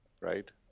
right